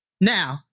Now